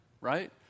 right